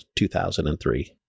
2003